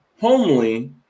homely